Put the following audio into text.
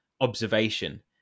observation